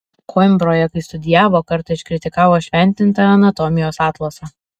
koimbroje kai studijavo kartą iškritikavo šventintą anatomijos atlasą